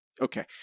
Okay